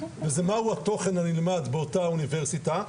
וזה משהו התוכן הנלמד באותה אוניברסיטה,